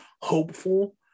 hopeful